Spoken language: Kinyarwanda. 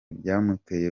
byamuteye